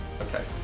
Okay